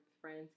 friends